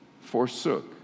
forsook